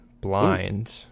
blind